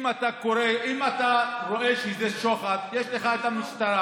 אם אתה רואה שזה שוחד, יש לך משטרה.